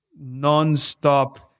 non-stop